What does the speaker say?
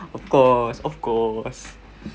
of course of course